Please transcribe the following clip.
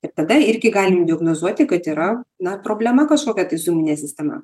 ir tada irgi galim diagnozuoti kad yra na problema kažkokia tai su imunine sistema